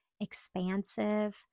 expansive